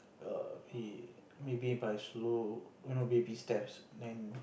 err maybe by slow you know baby steps then